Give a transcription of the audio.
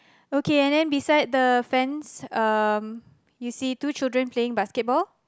okay and then beside the fence um you see two children playing basketball